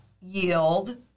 yield